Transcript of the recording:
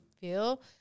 feel